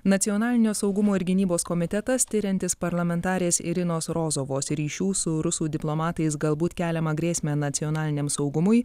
nacionalinio saugumo ir gynybos komitetas tiriantis parlamentarės irinos rozovos ryšių su rusų diplomatais galbūt keliamą grėsmę nacionaliniam saugumui